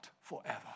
forever